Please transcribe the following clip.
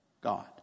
God